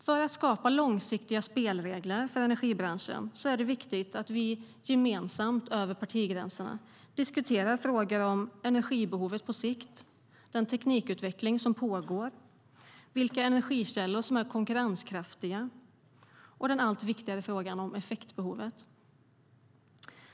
För att skapa långsiktiga spelregler för energibranschen är det viktigt att vi gemensamt över partigränserna diskuterar frågor om energibehovet på sikt, den teknikutveckling som pågår, vilka energikällor som är konkurrenskraftiga och den allt viktigare frågan om effektbehovet.